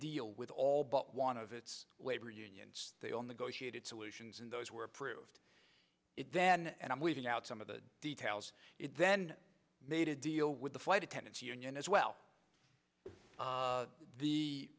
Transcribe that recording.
deal with all but one of its labor unions they all negotiated solutions and those were approved it then and i'm leaving out some of the details then made a deal with the flight attendants union as well